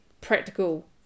practical